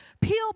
Peel